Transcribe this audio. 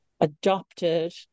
adopted